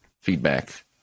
feedback